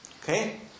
Okay